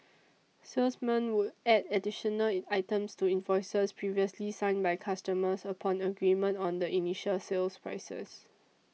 salesmen would add additional items to invoices previously signed by customers upon agreement on the initial sales prices